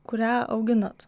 kurią auginat